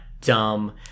dumb